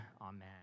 amen